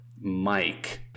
Mike